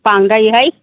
बांद्रायो हाय